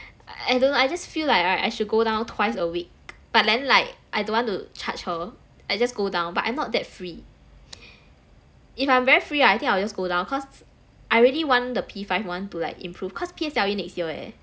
I don't I just feel like right I should go down twice a week but then like I don't want to charge her I just go down but I'm not that free if I'm very free I think I'll just go down cause I really want the P five [one] to like improve cause P_S_L_E next year eh